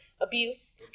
abuse